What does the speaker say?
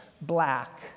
black